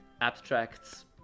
abstracts